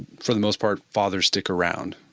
for the most part, fathers stick around?